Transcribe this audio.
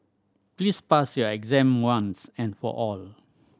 please pass your exam once and for all